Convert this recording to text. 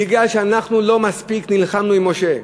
בגלל שאנחנו לא נלחמנו מספיק עם משה.